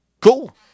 cool